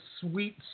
sweet